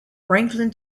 franklin